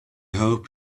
hope